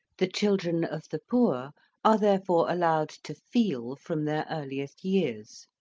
the children of the poor are therefore allowed to feel from their earliest years,